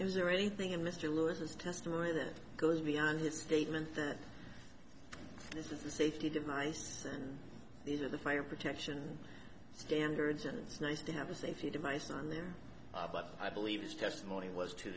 is there anything in mr lewis has to story that goes beyond the statement there this is the safety device these are the fire protection standards and it's nice to have a safety device on there but i believe his testimony was to